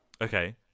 Okay